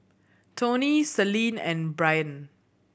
Toni Celine and Brain